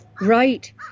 Right